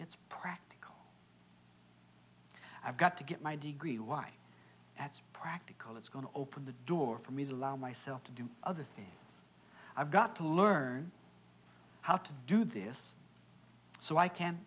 it's practical i've got to get my degree why it's practical it's going to open the door for me to allow myself to do other things i've got to learn how to do this so i can